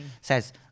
Says